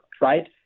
right